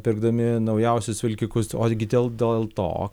pirkdami naujausius vilkikus ogi dėl dėl to